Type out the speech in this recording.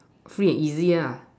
free and easy ah